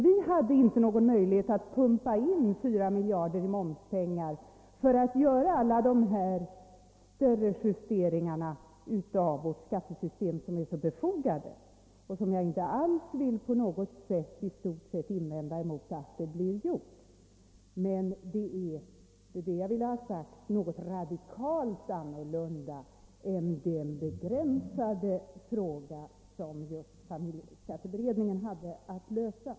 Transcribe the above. Vi hade inte någon möjlighet att pumpa in 4 miljarder i momspengar för att göra alla de större justeringar i vårt skattesystem som är så befogade och som jag i stort sett inte alls vill invända mot. Dagens fråga är ändå — och det är det jag ville ha sagt — något radikalt annat än den begränsade fråga som familjeskatteberedningen hade att lösa.